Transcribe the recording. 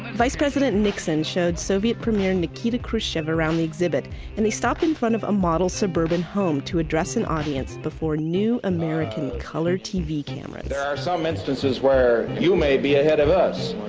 vice president nixon showed soviet premier nikita khrushchev around the exhibit and they stopped in front of a model suburban home to address an audience before new american color tv cameras there are some instances where you may be ahead of us!